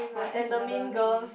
but that's another mm